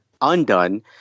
undone